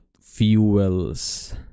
fuels